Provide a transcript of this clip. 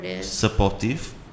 supportive